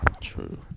True